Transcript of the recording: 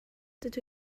dydw